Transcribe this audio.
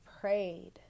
prayed